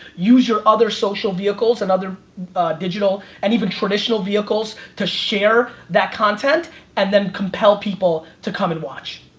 use your other social vehicles and other digital and even traditional vehicles, to share that content and then compel people to come and watch.